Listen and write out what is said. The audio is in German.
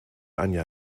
anja